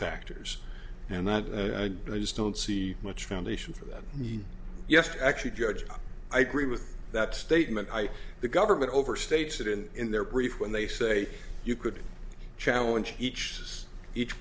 factors and that i just don't see much foundation for that yes actually judge i agree with that statement by the overman overstates it in in their brief when they say you could challenge each each